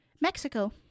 Mexico